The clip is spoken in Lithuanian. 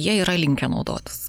jie yra linkę naudotis